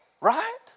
right